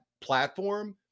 platform